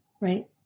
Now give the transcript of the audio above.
Right